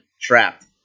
Trapped